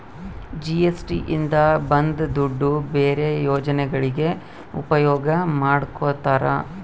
GST ಇಂದ ಬಂದ್ ದುಡ್ಡು ಬೇರೆ ಯೋಜನೆಗಳಿಗೆ ಉಪಯೋಗ ಮಾಡ್ಕೋತರ